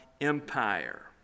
empire